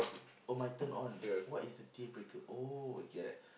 oh my turn-on what is the dealbreaker oh okay like